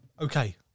okay